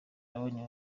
nabonye